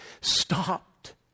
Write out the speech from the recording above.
stopped